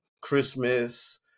Christmas